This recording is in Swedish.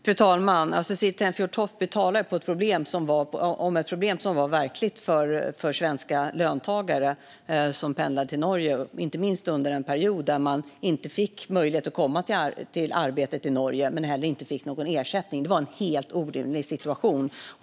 Fru talman! Cecilie Tenfjord Toftby talar om ett problem som var verkligt för svenska löntagare som pendlade till Norge, inte minst under den period när de inte fick möjlighet att komma till arbetet i Norge och inte heller fick någon ersättning. Det var en helt orimlig situation.